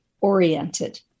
oriented